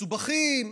מסובכים.